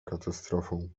katastrofą